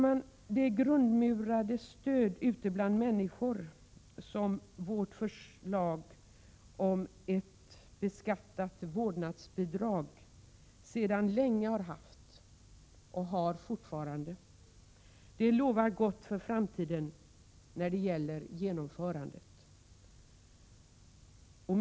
Det grundmurade stöd ute bland människor som vårt förslag om ett beskattat vårdnadsbidrag sedan länge har haft lovar gott för framtiden när det gäller genomförandet.